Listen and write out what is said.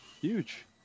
huge